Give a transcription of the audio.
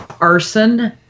arson